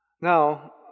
Now